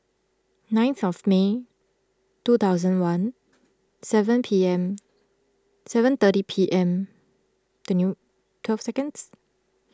nine May two thousand one seven P M seven thirty P M twelve seconds